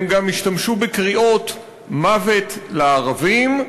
הם גם השתמשו בקריאות "מוות לערבים"